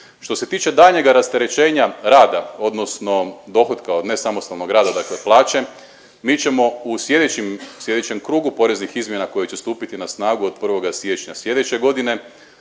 Što se tiče daljnjega rasterećenja rada odnosno dohotka od nesamostalnog rada dakle plaće, mi ćemo u slijedećim, slijedećem krugu poreznih izmjena koje će stupiti na snagu od 1. siječnja slijedeće godine,